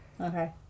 Okay